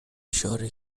اشاره